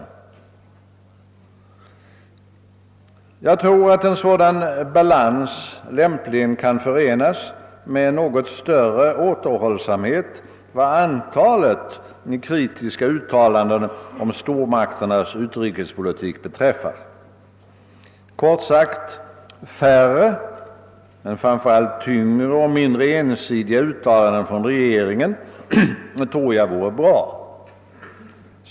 En sådan balans kan lämpligen förenas med något större avhållsamhet vad antalet kritiska uttalanden om stormakternas utrikespolitik beträffar. Färre men framför allt tyngre och mindre ensidiga uttalanden av detta slag från regeringen tror jag med andra ord skulle vara bra.